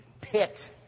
pit